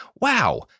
Wow